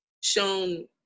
shown